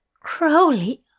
Crowley